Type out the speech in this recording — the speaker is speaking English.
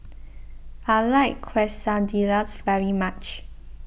I like Quesadillas very much